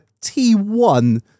T1